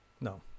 no